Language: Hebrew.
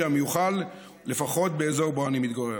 המיוחל לפחות באזור שבו אני מתגורר.